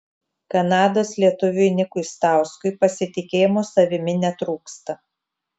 kanados lietuviui nikui stauskui pasitikėjimo savimi netrūksta